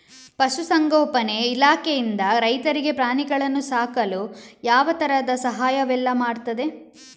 ಪಶುಸಂಗೋಪನೆ ಇಲಾಖೆಯಿಂದ ರೈತರಿಗೆ ಪ್ರಾಣಿಗಳನ್ನು ಸಾಕಲು ಯಾವ ತರದ ಸಹಾಯವೆಲ್ಲ ಮಾಡ್ತದೆ?